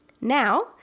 Now